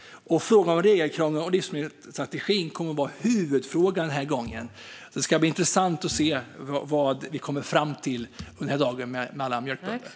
Frågan om regelkraven och livsmedelsstrategin kommer att vara huvudfrågan i år. Det ska bli intressant att se vad vi kommer fram till den dagen med alla mjölkbönder.